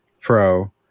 Pro